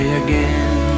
again